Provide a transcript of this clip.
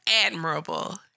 admirable